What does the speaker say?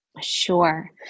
Sure